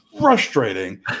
frustrating